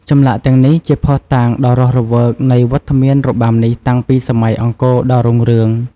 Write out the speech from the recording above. ចម្លាក់ទាំងនេះជាភស្តុតាងដ៏រស់រវើកនៃវត្តមានរបាំនេះតាំងពីសម័យអង្គរដ៏រុងរឿង។